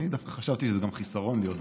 אני דווקא חשבתי שזה גם חיסרון להיות בסוף.